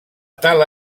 tala